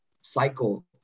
cycle